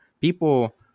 People